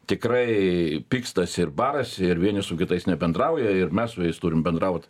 tikrai pykstasi ir barasi ir vieni su kitais nebendrauja ir mes su jais turim bendraut